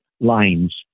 lines